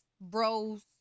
bros